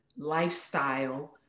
lifestyle